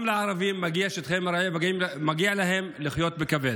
גם לערבים מגיעים שטחי מרעה ומגיע להם לחיות בכבוד.